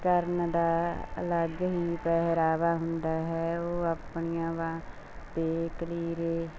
ਕਰਨ ਦਾ ਅਲੱਗ ਹੀ ਪਹਿਰਾਵਾ ਹੁੰਦਾ ਹੈ ਉਹ ਆਪਣੀਆਂ ਬਾਹਾਂ 'ਤੇ ਕਲੀੜੇ